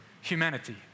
Humanity